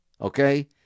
okay